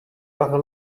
par